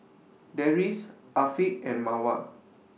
Deris Afiq and Mawar